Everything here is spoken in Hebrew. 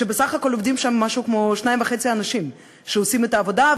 שבסך הכול עובדים שם שניים וחצי אנשים שעושים את העבודה,